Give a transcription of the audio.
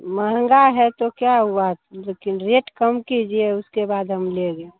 महंगा है तो क्या हुआ लेकिन रेट कम कीजिए उसके बाद हम लेंगे